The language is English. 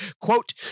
Quote